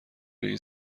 این